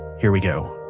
here we go